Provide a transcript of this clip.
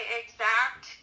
exact